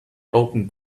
opened